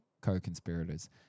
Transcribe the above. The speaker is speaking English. co-conspirators